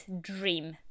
dream